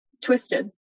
twisted